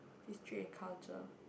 history and culture